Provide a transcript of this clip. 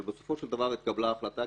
אבל בסופו של דבר התקבלה ההחלטה,